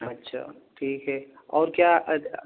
اچھا ٹھیک ہے اور کیا